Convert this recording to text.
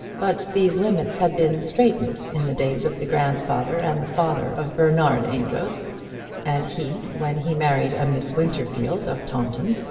but these limits had been straitened in the days of the grandfather and the father of bernard amedroz and he, when he married a miss winterfield of taunton,